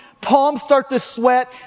palms-start-to-sweat